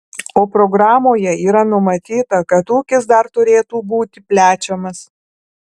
o programoje yra numatyta kad ūkis dar turėtų būti plečiamas